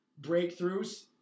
breakthroughs